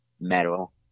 metal